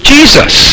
Jesus